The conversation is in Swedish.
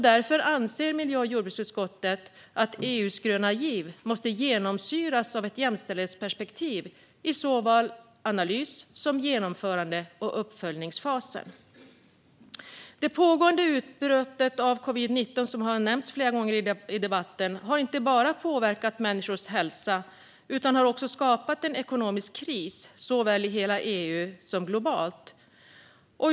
Därför anser miljö och jordbruksutskottet att EU:s gröna giv måste genomsyras av ett jämställdhetsperspektiv såväl i analysfasen som i genomförande och uppföljningsfaserna. Det pågående utbrottet av covid-19, som nämnts flera gånger i debatten, har inte bara påverkat människors hälsa utan också skapat en ekonomisk kris såväl i hela EU som globalt.